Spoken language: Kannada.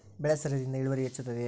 ಬೆಳೆ ಸರದಿಯಿಂದ ಇಳುವರಿ ಹೆಚ್ಚುತ್ತದೆಯೇ?